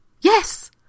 Yes